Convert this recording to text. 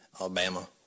Alabama